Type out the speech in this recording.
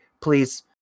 please